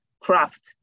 craft